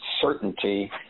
certainty